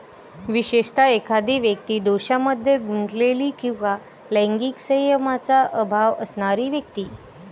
विशेषतः, एखादी व्यक्ती दोषांमध्ये गुंतलेली किंवा लैंगिक संयमाचा अभाव असणारी व्यक्ती